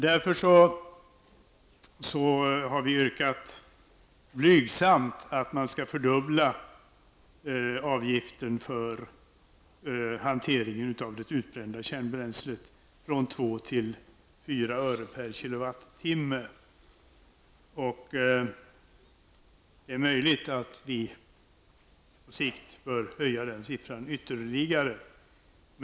Därför har vi yrkat, blygsamt, att man skall fördubbla avgiften för hanteringen av det utbrända kärnbränslet från 2 till 4 öre per kWh. Det är möjligt att den avgiften på sikt bör höjas ytterligare.